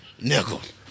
nigga